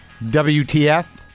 WTF